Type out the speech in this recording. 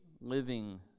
living